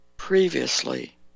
previously